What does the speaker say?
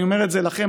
ואני אומר את זה לכם,